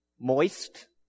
moist